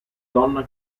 donna